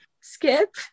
Skip